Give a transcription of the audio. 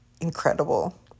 incredible